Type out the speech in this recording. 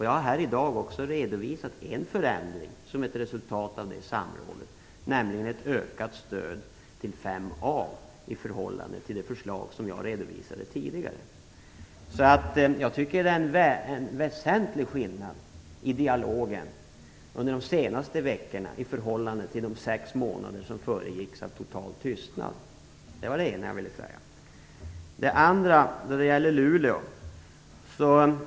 Jag har här också redovisat en förändring som är ett resultat av det samrådet, nämligen ett ökat stöd till 5a i förhållande till det förslag som jag redovisade tidigare. Jag tycker att det är en väsentlig skillnad i dialogen under de senaste veckorna i jämfört med de sex månader som föregicks av total tystnad.